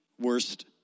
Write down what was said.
worst